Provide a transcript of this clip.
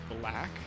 black